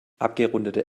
abgerundete